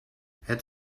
het